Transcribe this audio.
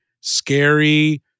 scary